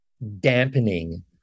dampening